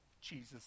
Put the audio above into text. Jesus